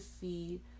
see